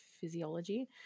physiology